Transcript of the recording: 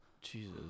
Jesus